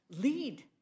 lead